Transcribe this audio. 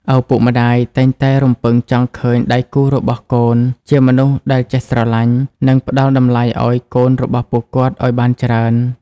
ឪពុកម្ដាយតែងតែរំពឹងចង់ឃើញដៃគូរបស់កូន ជាមនុស្សដែលចេះស្រឡាញ់ និងផ្ដល់តម្លៃឱ្យកូនរបស់ពួកគាត់ឱ្យបានច្រើន។